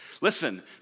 Listen